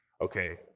okay